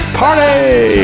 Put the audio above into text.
party